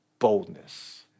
boldness